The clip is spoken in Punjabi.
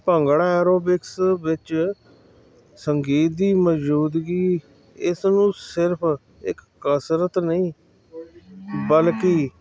ਭੰਗੜਾ ਐਰੋਬਿਕਸ ਵਿੱਚ ਸੰਗੀਤ ਦੀ ਮੌਜੂਦਗੀ ਇਸ ਨੂੰ ਸਿਰਫ਼ ਇੱਕ ਕਸਰਤ ਨਹੀਂ ਬਲਕਿ